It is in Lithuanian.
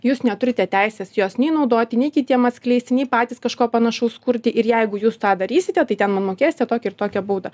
jūs neturite teisės jos nei naudoti nei kitiem atskleisti nei patys kažko panašaus kurti ir jeigu jūs tą darysite tai ten man mokėsite tokią ir tokią baudą